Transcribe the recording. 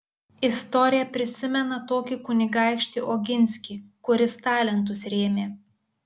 istorija prisimena tokį kunigaikštį oginskį kuris talentus rėmė